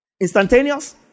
instantaneous